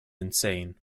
insane